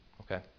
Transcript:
okay